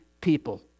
people